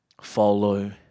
follow